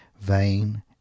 Vain